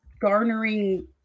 garnering